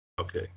Okay